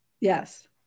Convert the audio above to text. Yes